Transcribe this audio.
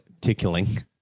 tickling